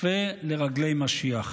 צפה לרגלי משיח".